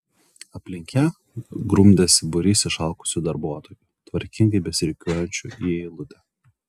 aplink ją grumdėsi būrys išalkusių darbuotojų tvarkingai besirikiuojančių į eilutę